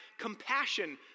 compassion